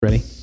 Ready